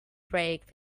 break